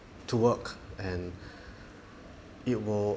to work and it will